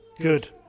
good